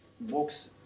books